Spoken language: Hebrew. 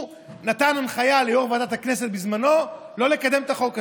הוא נתן הנחיה ליו"ר ועדת הכנסת בזמנו לא לקדם את החוק הזה,